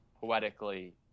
poetically